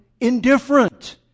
indifferent